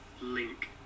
link